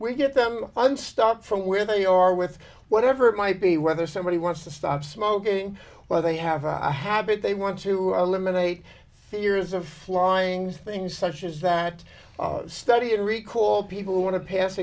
you get them unstuck from where they are with whatever it might be whether somebody wants to stop smoking where they have a habit they want to eliminate fears of flying things such as that study to recall people who want to pass